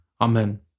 Amen